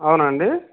అవునా అండి